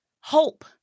hope